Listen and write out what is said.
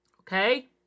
Okay